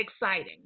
exciting